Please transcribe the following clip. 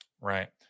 Right